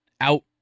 out